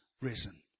risen